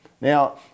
Now